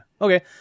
Okay